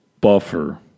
buffer